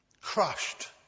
crushed